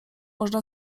można